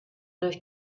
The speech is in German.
durch